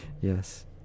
Yes